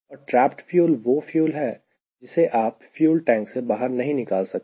और trapped fuel वह fuel है जिसे आप फ्यूल टैंक से बाहर नहीं निकाल सकते